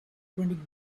printing